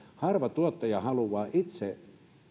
että tuottaja haluaa itse